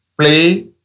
play